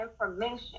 information